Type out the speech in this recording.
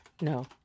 No